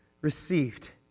received